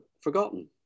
forgotten